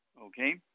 okay